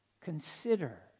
Consider